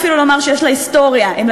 מ-2003 זה לא יכול להיות 15 ואפילו לא 12. לא,